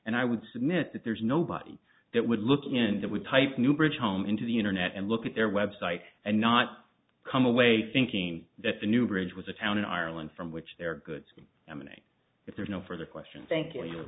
and i would submit that there's nobody that would look in that we type newbridge home into the internet and look at their websites and not come away thinking that the new bridge was a town in ireland from which their goods emanate if there's no further questions thank you